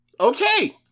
okay